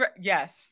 Yes